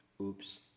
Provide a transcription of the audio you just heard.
Oops